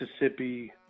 Mississippi